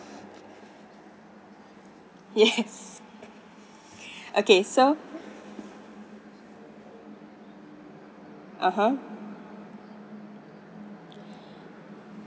yes okay so err hmm